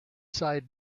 side